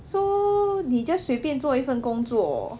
so 你 just 随便做一份工作